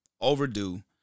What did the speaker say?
overdue